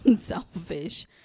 selfish